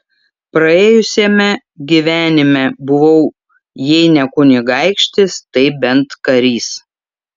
praėjusiame gyvenime buvau jei ne kunigaikštis tai bent karys